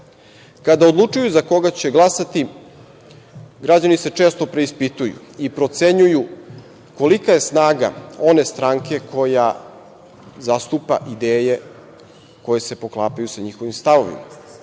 odlučuju za koga će glasati građani se često preispituju i procenjuju kolika je snaga one stranke koja zastupa ideje koje se poklapaju sa njihovim stavovima.